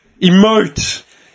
Emote